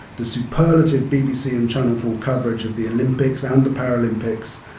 the superlative bbc and channel four coverage of the olympics and the paralympics,